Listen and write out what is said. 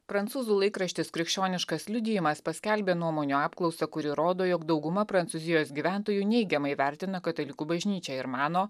prancūzų laikraštis krikščioniškas liudijimas paskelbė nuomonių apklausą kuri rodo jog dauguma prancūzijos gyventojų neigiamai vertina katalikų bažnyčią ir mano